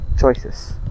choices